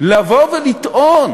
לטעון